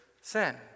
sin